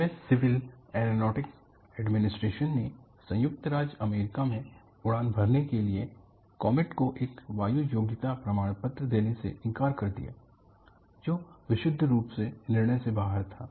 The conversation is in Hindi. यूएस सिविल एरोनॉटिक्स एडमिनिस्ट्रेशन ने संयुक्त राज्य अमेरिका में उड़ान भरने के लिए कॉमेट को एक वायु योग्यता प्रमाण पत्र देने से इनकार कर दिया जो विशुद्ध रूप से निर्णय से बाहर था